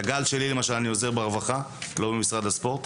ל"גל שלי" למשל אני עוזר ברווחה, לא במשרד הספורט.